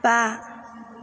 बा